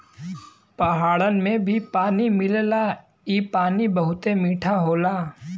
पहाड़न में भी पानी मिलेला इ पानी बहुते मीठा होला